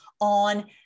on